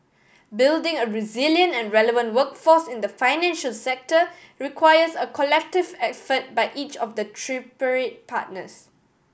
building a resilient and relevant workforce in the financial sector requires a collective effort by each of the tripartite partners